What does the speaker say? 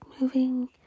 moving